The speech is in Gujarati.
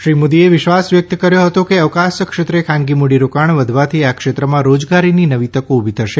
શ્રી મોદીએ વિશ્વાસ વ્યક્ત કર્યો હતો કે અવકાશ ક્ષેત્રે ખાનગી મૂડીરોકાણ વધવાથી આ ક્ષેત્રમાં રોજગારીની નવી તકો ઉભી થશે